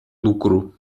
lucru